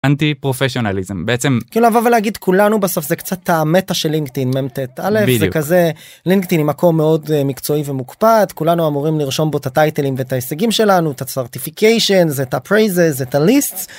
אנטי פרופסיונליזם בעצם כאילו לבוא ולהגיד כולנו בסוף זה קצת המטא של לינקדאין מ-ט-א זה כזה, לינקדאין היא מקום מאוד מקצועי ומוקפד כולנו אמורים לרשום בו את הטייטלים ואת ההישגים שלנו את הסרטיפיקיישנס, את הפרייזס זה את הליסטס.